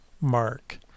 mark